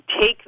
take